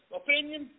opinion